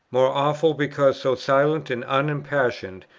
more awful, because so silent and unimpassioned,